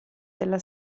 della